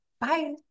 Bye